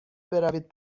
بروید